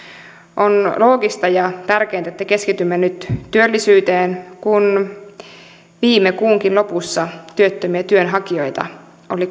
on loogista ja tärkeintä että keskitymme nyt työllisyyteen kun viime kuunkin lopussa työttömiä työnhakijoita oli